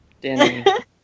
Danny